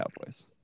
Cowboys